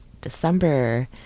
December